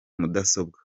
mudasobwa